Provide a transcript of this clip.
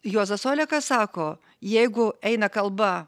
juozas olekas sako jeigu eina kalba